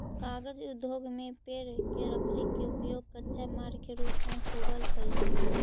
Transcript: कागज उद्योग में पेड़ के लकड़ी के उपयोग कच्चा माल के रूप में होवऽ हई